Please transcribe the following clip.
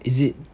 is it